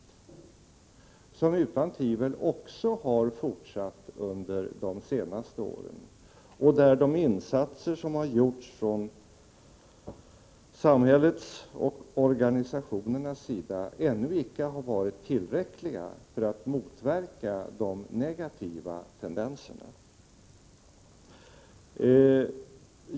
Denna utveckling har utan tvivel också fortsatt under de senaste åren, och de insatser som har gjorts från samhällets och organisationernas sida har ännu icke varit tillräckliga för att motverka de negativa tendenserna.